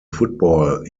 football